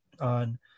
on